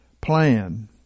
Plan